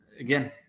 Again